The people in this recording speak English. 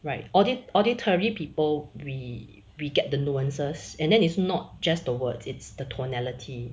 right audit auditory people we we get the nuances and then it's not just the words it's the tonality